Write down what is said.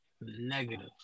Negative